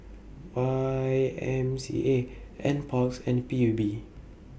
Y M C A NParks and P U B